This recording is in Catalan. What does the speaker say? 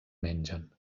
mengen